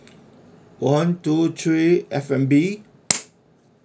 one two three F&B